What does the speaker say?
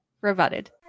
rebutted